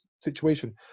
situation